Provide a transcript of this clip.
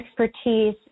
expertise